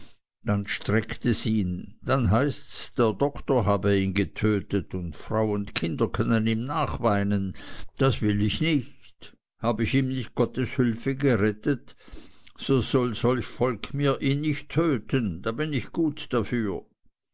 dann streckt es ihn dann heißts der doktor habe ihn getötet und frau und kinder können ihm nachweinen das will ich nicht habe ich ihn mit gottes hülfe gerettet so soll solch volk mir ihn nicht töten da bin ich gut dafür